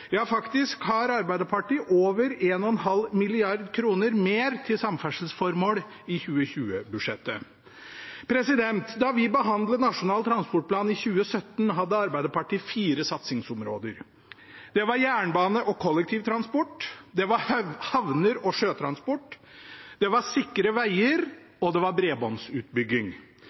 Ja, faktisk har Arbeiderpartiet over 1,5 mrd. kr mer til samferdselsformål i 2020-budsjettet. Da vi behandlet Nasjonal transportplan i 2017, hadde Arbeiderpartiet fire satsingsområder. Det var jernbane og kollektivtransport, det var havner og sjøtransport, det var sikre veier, og det var bredbåndsutbygging.